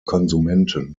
konsumenten